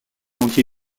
anti